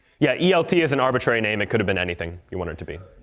yeah yeah, elt is an arbitrary name. it could've been anything you want it to be.